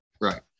right